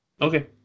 Okay